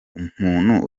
umuntu